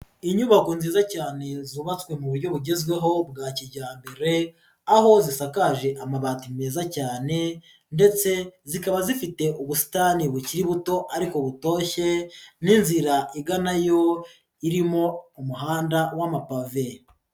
Inyubako nziza cyane zubatswe mu buryo bugezweho bwa kijyambere, aho zisakaje amabati meza cyane, ndetse zikaba zifite ubusitani bukiri buto ariko butoshye, n'inzira iganayo irimo umuhanda w'amapave.